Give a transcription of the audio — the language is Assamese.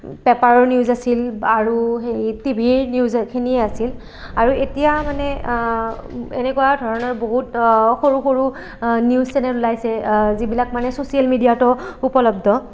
পেপাৰৰ নিউজ আছিল আৰু হেৰি টিভিৰ নিউজখিনি আছিল আৰু এতিয়া মানে এনেকুৱা ধৰণৰ বহুত সৰু সৰু নিউজ চেনেল ওলাইছে যিবিলাক মানে চছিয়েল মেডিয়াত উপলব্ধ